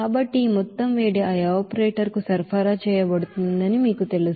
కాబట్టి ఈ మొత్తం వేడి ఆ ఎవాపరేటర్ కు సరఫరా చేయబడిందని మీకు తెలుసు